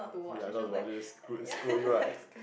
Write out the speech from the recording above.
oh ya a lot of screw scold you right